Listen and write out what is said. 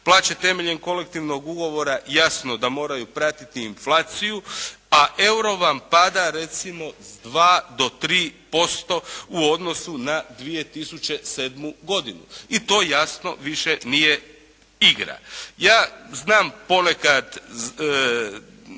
Plaće temeljem kolektivnog ugovora jasno da moraju pratiti inflaciju a euro vam pada recimo s 2 do 3% u odnosu na 2007. godinu i to jasno više nije igra. Ja znam ponekad